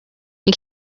you